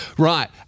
Right